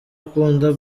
akunda